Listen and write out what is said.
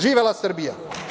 Živela Srbija!